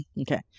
Okay